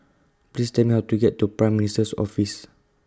Please Tell Me How to get to Prime Minister's Office